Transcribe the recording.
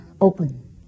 open